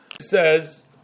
says